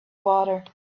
water